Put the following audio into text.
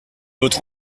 votre